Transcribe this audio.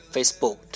Facebook